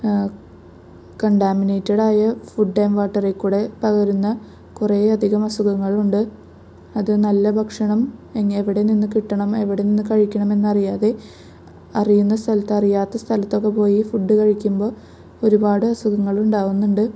കണ്ടാമിനേറ്റടായ food and വാട്ടറില് കൂടെ പകരുന്ന കുറെ അധികം അസുഖങ്ങളുണ്ട് അത് നല്ല ഭക്ഷണം എങ്ങ എവിടെ നിന്ന് കിട്ടണം എവിടെ നിന്ന് കഴിക്കണമെന്നറിയാതെ അറിയുന്ന സ്ഥലത്ത് അറിയാത്ത സ്ഥലത്തൊക്കെ പോയി ഫുഡ് കഴിക്കുമ്പോൾ ഒരുപാട് അസുഖങ്ങളുണ്ടാവുന്നുണ്ട്